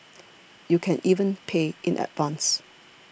you can even pay in advance